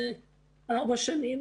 ארבע שנים,